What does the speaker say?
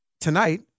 tonight